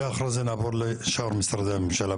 ואחרי זה נעבור לשאר משרדי הממשלה.